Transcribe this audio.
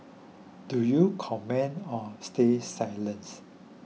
do you comment or stay silent